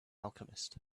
alchemist